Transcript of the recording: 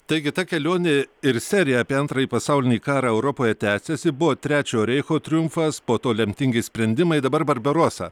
taigi ta kelionė ir serija apie antrąjį pasaulinį karą europoje tęsiasi buvo trečiojo reicho triumfas po to lemtingi sprendimai dabar barbarosa